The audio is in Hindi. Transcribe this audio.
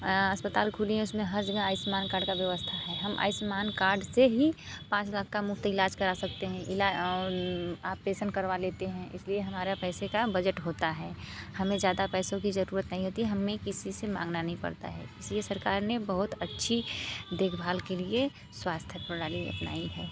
अ अस्पताल खुली है उसमें हर जगह आयुष्मान कार्ड का व्यवस्था है हम आयुष्मान कार्ड से ही पाँच लाख का मुफ़्त इलाज करा सकते हैं आपरेशन करवा लेते हैं इसलिए हमारे पैसे का बज़ट होता है हमें ज़्यादा पैसों की जरूरत नहीं होती हमें किसी से मांगना नहीं पड़ता है इसलिए सरकार ने बहुत अच्छी देखभाल के लिए स्वास्थ्य प्रणाली अपनाई है